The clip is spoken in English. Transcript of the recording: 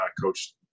Coach